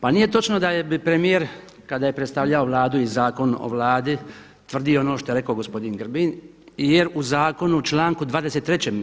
Pa nije točno da je premijer kada je predstavljao Vladu i Zakon o Vladi tvrdio ono što je rekao gospodin Grbin jer u Zakonu, članku 23.